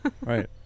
Right